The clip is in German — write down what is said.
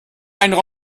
einen